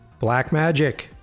Blackmagic